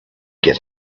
get